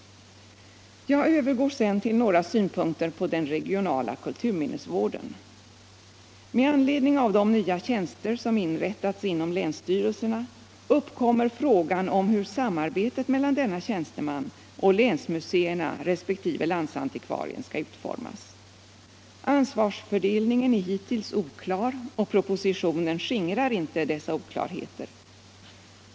Jag övergår sedan till några synpunkter på den regionala kulturminnesvården. Med anledning av de nya tjänster som inrättats inom länsstyrelserna uppkommer frågan om hur samarbetet mellan denna tjänsteman och länsmuseerna resp. landsantikvarierna skall utformas. Ansvarsfördelningen är hittills oklar och propositionen skingrar inte dessa oklarheter.